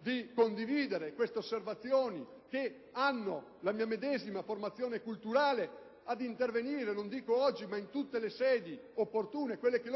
di condividere queste osservazioni e che hanno la mia medesima formazione culturale ad intervenire, non dico oggi, ma in tutte le opportune sedi, quelle che